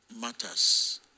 Matters